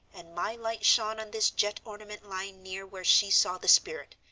and my light shone on this jet ornament lying near where she saw the spirit.